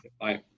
Bye